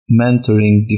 mentoring